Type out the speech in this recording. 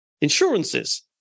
Insurances